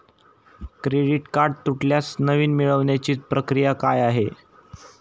Credit card तुटल्यास नवीन मिळवण्याची प्रक्रिया काय आहे?